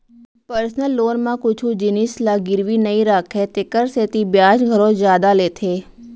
personal loan म कुछु जिनिस ल गिरवी नइ राखय तेकर सेती बियाज घलौ जादा लेथे